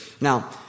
Now